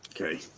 Okay